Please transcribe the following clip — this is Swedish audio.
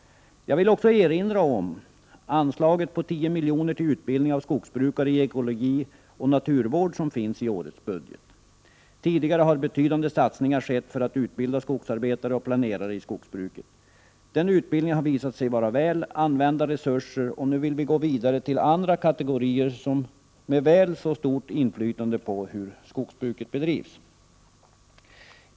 Jag vill också erinra om det anslag på 10 milj.kr.till utbildning av skogbrukare i ekologi och naturvård som finns i årets budget. Betydande satsningar har tidigare skett för att utbilda de skogsarbetare och planerare som är verksamma i skogsbruket. Anslaget till den utbildningen har visat sig vara väl använda resurser och vi vill nu gå vidare till andra kategorier, som har ett väl så stort inflytande på hur skogsbruket bedrivs.